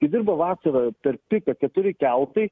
kai dirbo vasarą per piką keturi keltai